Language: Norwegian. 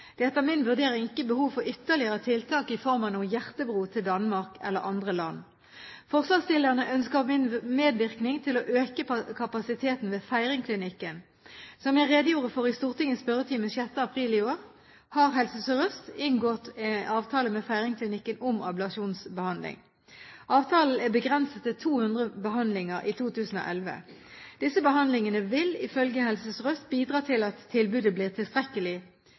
er etter min vurdering ikke behov for ytterligere tiltak i form av noen hjertebro til Danmark eller andre land. Forslagsstillerne ønsker min medvirkning til å øke kapasiteten ved Feiringklinikken. Som jeg redegjorde for i Stortingets spørretime 6. april i år, har Helse Sør-Øst inngått avtale med Feiringklinikken om ablasjonsbehandling. Avtalen er begrenset til 200 behandlinger i 2011. Disse behandlingene vil, ifølge Helse Sør-Øst, bidra til at tilbudet blir tilstrekkelig